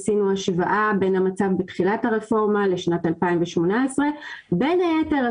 עשינו השוואה בין המצב בתחילת הרפורמה לשנת 2018. בין היתר,